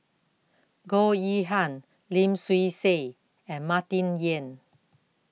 Goh Yihan Lim Swee Say and Martin Yan